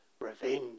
revenge